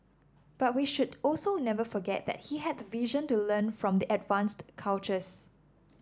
but we should also never forget that he had the vision to learn from the advanced cultures